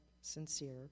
sincere